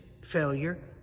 failure